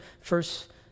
first